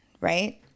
right